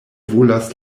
volas